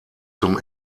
zum